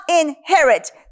inherit